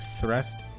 thrust